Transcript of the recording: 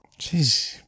Jeez